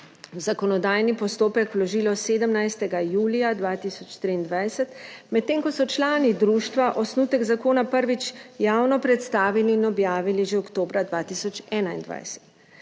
zakonodajni postopek vložilo 17. julija 2023, medtem ko so člani društva osnutek zakona prvič javno predstavili in objavili že oktobra 2021.